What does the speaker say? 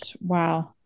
wow